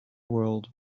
world